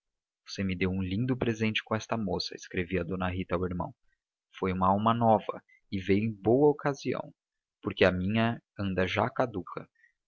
você me deu um lindo presente com esta moça escrevia d rita ao irmão foi uma alma nova e veio em boa ocasião porque a minha anda já caduca